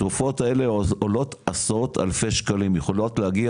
התרופות האלה עולות עשרות אלפי שקלים יכולות להגיע